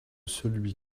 celui